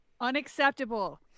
Unacceptable